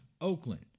Oakland